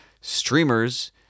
streamers